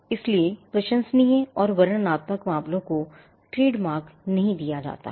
इसलिए प्रशंसनीय और वर्णनात्मक मामलों को ट्रेडमार्क नहीं दिया जाता है